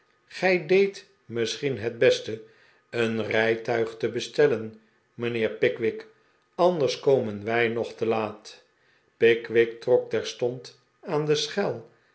gij deedt misschien het beste een rijtuig te bestellen mijnheer pickwick anders komen wij nog te laat pickwick trok terstond aan de schel